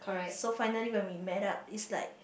so finally when we met up is like